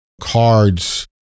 cards